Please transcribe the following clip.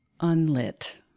unlit